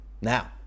Now